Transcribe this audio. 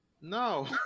No